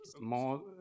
more